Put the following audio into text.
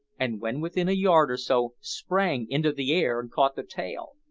and when within a yard or so sprang into the air and caught the tail!